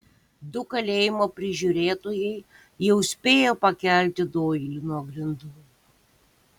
du kalėjimo prižiūrėtojai jau spėjo pakelti doilį nuo grindų